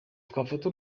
twafata